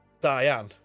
Diane